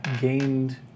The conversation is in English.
Gained